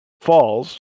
Falls